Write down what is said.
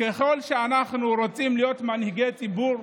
ככל שאנחנו רוצים להיות מנהיגי ציבור,